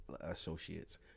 associates